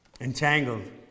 entangled